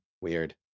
Weird